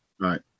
Right